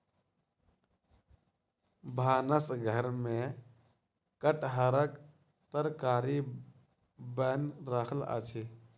भानस घर में कटहरक तरकारी बैन रहल अछि